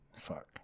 fuck